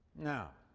now,